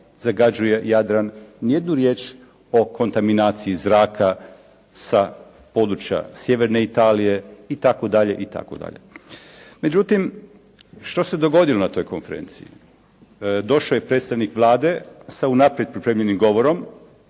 zagađuje Jadran, ni jednu riječ o kontaminaciji zraka sa područja sjeverne Italije, itd., itd. Međutim, što se dogodilo na toj konferenciji. Došao je predstavnik Vlade sa unaprijed pripremljenim govorom